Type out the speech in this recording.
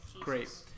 Great